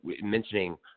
mentioning